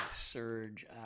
surge